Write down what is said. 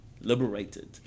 liberated